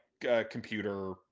computer